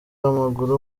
w’amaguru